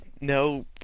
no